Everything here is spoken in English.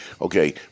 okay